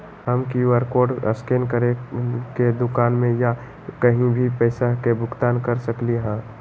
हम QR code scan करके दुकान में या कहीं भी पैसा के भुगतान कर सकली ह?